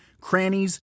crannies